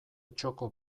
txoko